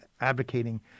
advocating